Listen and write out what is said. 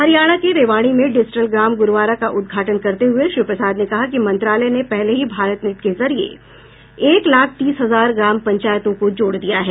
हरियाणा के रेवाड़ी में डिजिटल ग्राम गुरवारा का उद्घाटन करते हुए श्री प्रसाद ने कहा कि मंत्रालय ने पहले ही भारतनेट के जरिए एक लाख तीस हजार ग्राम पंचायतों को जोड़ दिया है